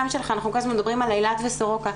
שאנחנו כל הזמן מדברים על אילת וסורוקה,